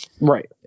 Right